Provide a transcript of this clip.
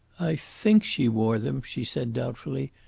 i think she wore them, she said doubtfully.